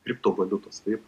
kriptovaliutos taip